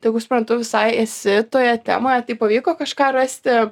tai jeigu suprantu visai esi toje temoje tai pavyko kažką rasti